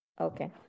Okay